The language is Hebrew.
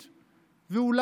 שב, בבקשה.